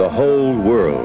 the whole world